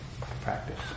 practice